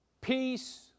peace